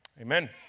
Amen